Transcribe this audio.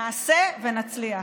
נעשה ונצליח.